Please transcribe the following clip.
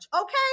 Okay